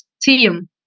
team